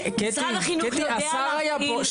שר החינוך יודע -- קטי השר היה פה,